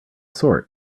sort